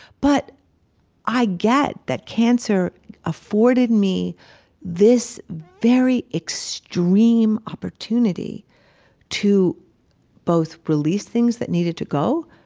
but i get that cancer afforded me this very extreme opportunity to both release things that needed to go,